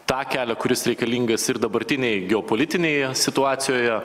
tą kelią kuris reikalingas ir dabartinėj geopolitinėj situacijoje